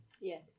Yes